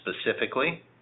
specifically